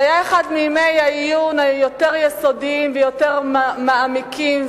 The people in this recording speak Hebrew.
זה היה אחד מימי העיון היותר-יסודיים ויותר מעמיקים,